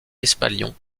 espalion